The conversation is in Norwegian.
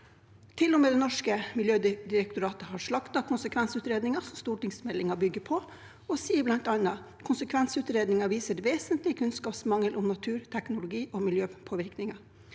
Til og med det norske miljødirektoratet har slaktet konsekvensutredningen som stortingsmeldingen bygger på, og sier bl.a. at den viser vesentlig kunnskapsmangel om natur, teknologi og miljøpåvirkning,